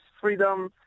freedom